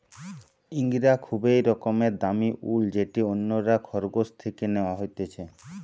ইঙ্গরা খুবই রকমের দামি উল যেটি অন্যরা খরগোশ থেকে ন্যাওয়া হতিছে